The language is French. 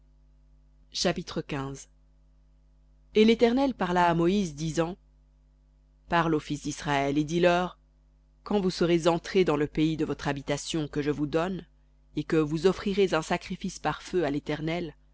chapitre et l'éternel parla à moïse disant parle aux fils d'israël et dis-leur quand vous serez entrés dans le pays de votre habitation que je vous donne et que vous offrirez un sacrifice par feu à l'éternel